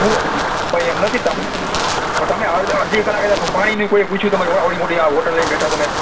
પણ એમ નથી તમે પણ તમે અડધી અડધી કલાક પાણીનું કોઈ પૂછ્યું તમારી આવડી મોટી હોટલ લઈને બેઠા તમે